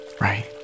right